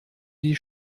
die